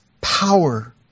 power